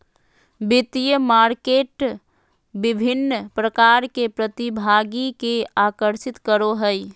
वित्तीय मार्केट विभिन्न प्रकार के प्रतिभागि के आकर्षित करो हइ